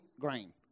grain